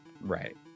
Right